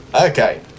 Okay